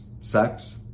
sex